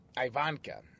Ivanka